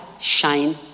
shine